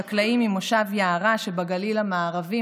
חקלאי ממושב יערה שבגליל המערבי,